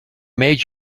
made